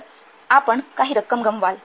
तर आपण काही रक्कम गमवाल